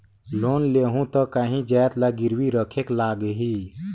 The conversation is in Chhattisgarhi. लोन लेहूं ता काहीं जाएत ला गिरवी रखेक लगही?